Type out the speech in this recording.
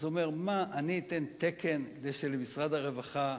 אז הוא אומר: מה, אני אתן תקן כדי שלמשרד הרווחה,